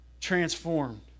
transformed